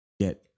get